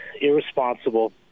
irresponsible